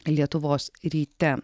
lietuvos ryte